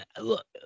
look